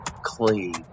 clean